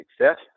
success